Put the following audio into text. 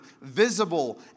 visible